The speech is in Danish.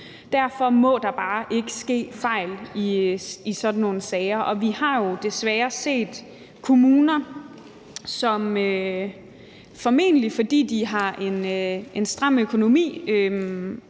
Derfor må der bare ikke ske fejl i sådan nogle sager. Vi har jo desværre set kommuner, som – formentlig fordi de har en stram økonomi